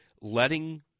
letting